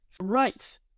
Right